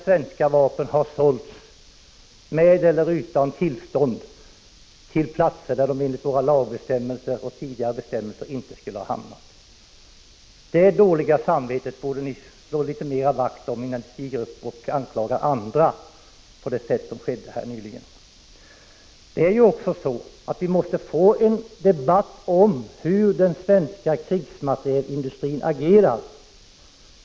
Svenska vapen har sålts med eller utan tillstånd till platser där de enligt våra lagar och bestämmelser inte skulle ha hamnat. Det dåliga samvetet borde ni beakta litet mera, innan ni anklagar andra på det sätt som skedde här nyligen. Vi måste få en debatt om hur den svenska krigsmaterielindustrin agerar.